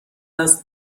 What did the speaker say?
است